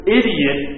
idiot